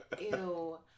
Ew